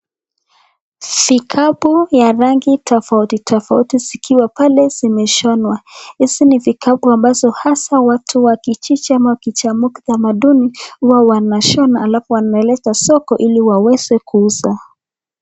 Vikapu ya rangi tofauti tofauti zikiwa pale zimeshonwa. Hizi ni vikapu ambazo haswa watu wa kijiji ama jamii ya kitamaduni huwa wanashona alafu wanaileta soko ili waweze kuuza.